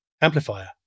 amplifier